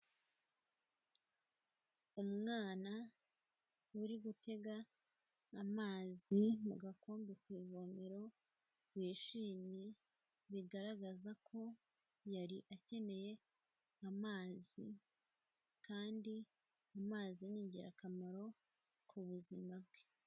Umwana uri gutega amazi mu gakombe ku ivomero, wishimye bigaragaza ko yari akeneye amazi kandi amazi ni ingirakamaro ku buzima bwe.